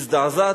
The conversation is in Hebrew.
הזדעזעתי.